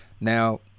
now